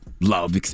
Love